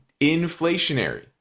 inflationary